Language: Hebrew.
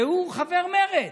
והוא חבר מרצ.